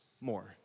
more